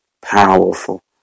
powerful